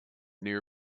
near